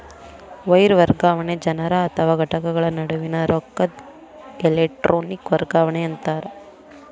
wire ವರ್ಗಾವಣೆ ಜನರ ಅಥವಾ ಘಟಕಗಳ ನಡುವಿನ್ ರೊಕ್ಕದ್ ಎಲೆಟ್ರೋನಿಕ್ ವರ್ಗಾವಣಿ ಅಂತಾರ